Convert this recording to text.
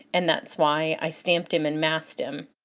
and that's why i stamped him and masked him,